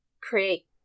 create